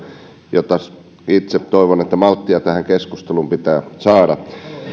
ja taas itse toivon että malttia tähän keskusteluun pitää saada